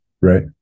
Right